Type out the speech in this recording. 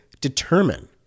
determine